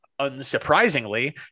unsurprisingly